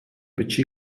печи